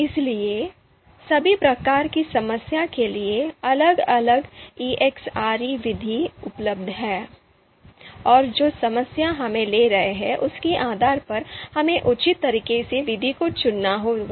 इसलिए सभी प्रकार की समस्या के लिए अलग अलग ELECTRE विधियां उपलब्ध हैं और जो समस्या हम ले रहे हैं उसके आधार पर हमें उचित तरीके से विधि को चुनना होगा